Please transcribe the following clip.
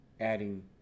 adding